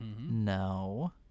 No